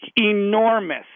enormous